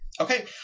Okay